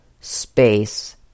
space